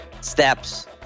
steps